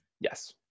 Yes